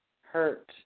hurt